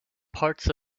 parts